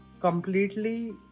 completely